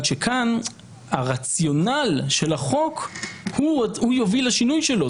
שכאן הרציונל של החוק הוא יביא לשינוי שלו.